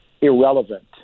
irrelevant